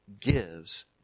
gives